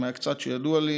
ומהקצת שידוע לי,